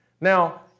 Now